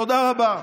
תודה רבה.